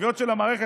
תביעות של המערכת,